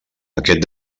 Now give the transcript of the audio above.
aquest